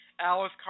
Alice